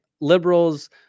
liberals